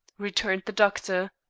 returned the doctor.